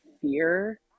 fear